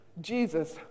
Jesus